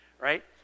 right